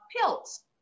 pills